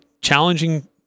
challenging